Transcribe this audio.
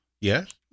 Yes